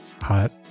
Hot